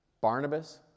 Barnabas